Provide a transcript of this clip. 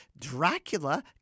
Dracula